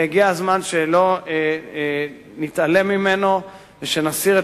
והגיע הזמן שלא נתעלם ממנו ושנסיר את